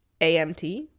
AMT